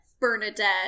Bernadette